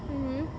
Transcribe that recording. mmhmm